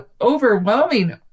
overwhelming